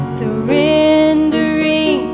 surrendering